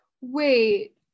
wait